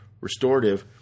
restorative